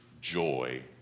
joy